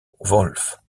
wolf